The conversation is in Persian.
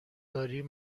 داریم